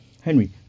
henry